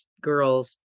girls